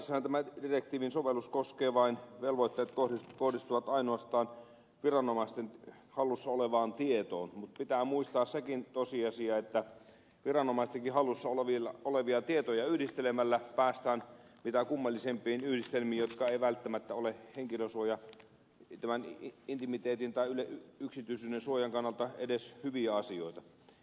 pääasiassahan tämän direktiivin velvoitteet kohdistuvat ainoastaan viranomaisten hallussa olevaan tietoon mutta pitää muistaa sekin tosiasia että viranomaistenkin hallussa olevia tietoja yhdistelemällä päästään mitä kummallisempiin yhdistelmiin jotka eivät välttämättä ole intimiteettisuojan tai yksityisyyden suojan kannalta edes hyviä asioita